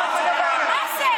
מה זה?